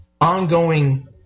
Ongoing